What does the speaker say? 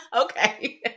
okay